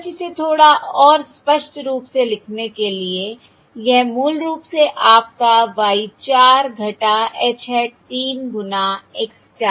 बस इसे थोड़ा और स्पष्ट रूप से लिखने के लिए यह मूल रूप से आपका y 4 h hat 3 गुना x 4 है